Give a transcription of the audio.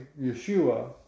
Yeshua